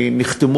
נחתמו